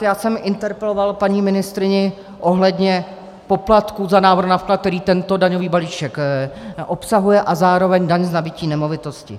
Já jsem interpeloval paní ministryni ohledně poplatku za návrh na vklad, který tento daňový balíček obsahuje, a zároveň daň z nabytí nemovitosti.